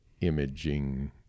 imaging